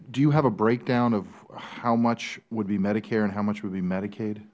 do you have a breakdown of how much would be medicare and how much would be medicaid